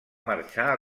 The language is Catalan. marxar